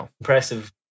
impressive